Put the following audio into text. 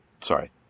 Sorry